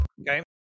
Okay